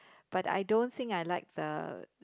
but I don't think I like the